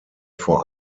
vor